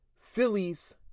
Phillies